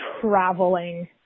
traveling